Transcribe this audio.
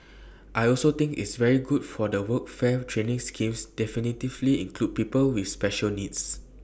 I also think it's very good that the workfare training schemes definitively include people with special needs